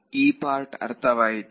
ಈ ಪಾರ್ಟ್ ಅರ್ಥವಾಯಿತೆ